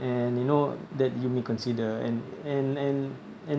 and you know that you may consider and and and and